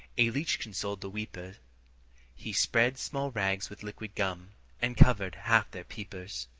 a leech consoled the weepers he spread small rags with liquid gum and covered half their peepers.